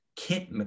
Kit